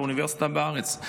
באוניברסיטה בארץ.